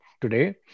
today